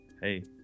Hey